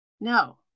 No